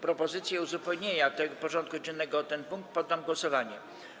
Propozycję uzupełnienia porządku dziennego o ten punkt poddam głosowanie.